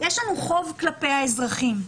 יש לנו חוב כלפי האזרחים.